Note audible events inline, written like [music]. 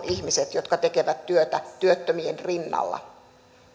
[unintelligible] ihmiset jotka tekevät työtä työttömien rinnalla